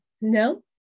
No